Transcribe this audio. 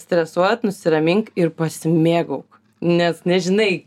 stresuot nusiramink ir pasimėgauk nes nežinai